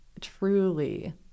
truly